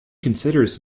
considers